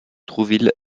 trouville